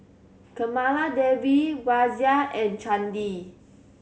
Kamaladevi Razia and Chandi